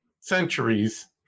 centuries